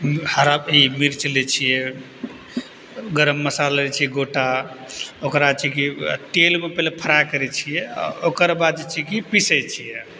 हरा ई मिर्च लै छियै गरम मसाला लै छियै गोटा ओकरा छै कि तेलको पहले फराइ करै छियै आ ओकरबाद जे छै कि पिसै छियै